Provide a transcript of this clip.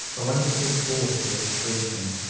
a wonderful force of expression,